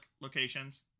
locations